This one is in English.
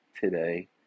today